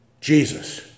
Jesus